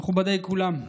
מכובדיי כולם,